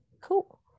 Cool